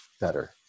better